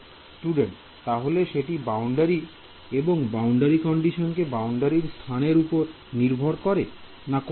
Student তাহলে সেটি boundary এবং বাউন্ডারি কন্ডিশন কেন বাউন্ডারির স্থানের উপর নির্ভর করে